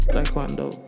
Taekwondo